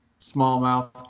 smallmouth